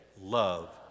love